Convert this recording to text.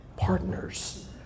Partners